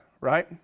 right